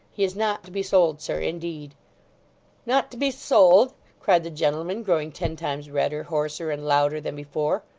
he is not to be sold, sir, indeed not to be sold cried the gentleman, growing ten times redder, hoarser, and louder than before.